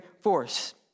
force